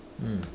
mm